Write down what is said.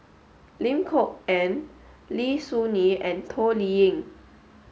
Lim Kok Ann Lim Soo Ngee and Toh Liying